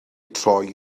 troi